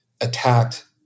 attacked